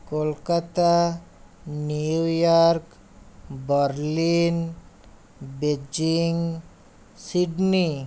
Kolkata New York Berlin Beijing Sydney